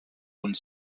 und